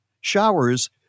showers